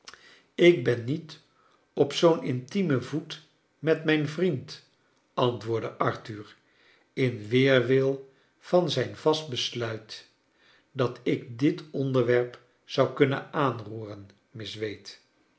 ik ben niet op zoo'n intiemen voet met mijn vriend antwoordde arthur in weerwil van zijn vast besluit dat ik dit onderwerp zou kunnen aanroeren miss wade